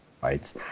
fights